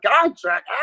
contract